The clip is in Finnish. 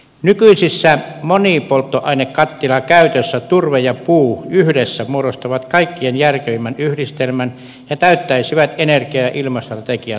nykyisessä monipolttoainekattilakäytössä turve ja puu yhdessä muodostavat kaikkein järkevimmän yhdistelmän ja täyttäisivät energia ja ilmastostrategian tavoitteet hyvin